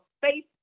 faith